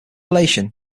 relation